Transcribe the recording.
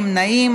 אין נמנעים.